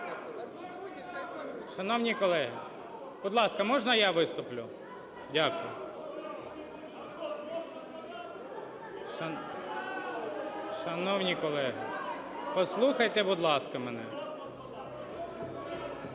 Шановні колеги, будь ласка, можна я виступлю? Дякую. (Шум у залі) Шановні колеги, послухайте, будь ласка, мене.